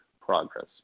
progress